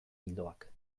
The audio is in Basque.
ildoak